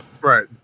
Right